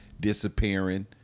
disappearing